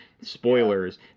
Spoilers